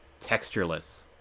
textureless